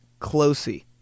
closey